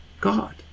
God